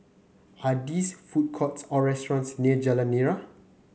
are this food courts or restaurants near Jalan Nira